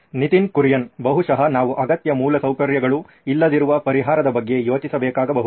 ನಿತಿನ್ ಕುರಿಯನ್ ಬಹುಶಃ ನಾವು ಅಗತ್ಯ ಮೂಲಸೌಕರ್ಯಗಳು ಇಲ್ಲದಿರುವ ಪರಿಹಾರದ ಬಗ್ಗೆ ಯೋಚಿಸಬೇಕಾಗಬಹುದು